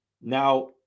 Now